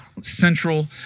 central